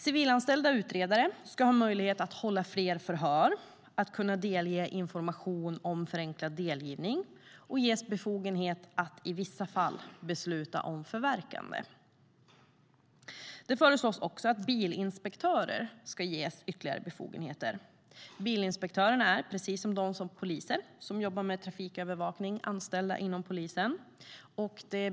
Civilanställda utredare ska ha möjlighet att hålla fler förhör, delge information om förenklad delgivning och ges befogenhet att i vissa fall besluta om förverkande. Det föreslås också att bilinspektörer ska ges ytterligare befogenheter. Bilinspektörerna är precis som de poliser som jobbar med trafikövervakning anställda inom polisen.